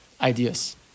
ideas